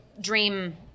dream